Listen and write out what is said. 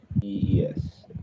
Yes